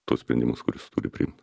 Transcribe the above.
tuos sprendimus kuriuos turi priimt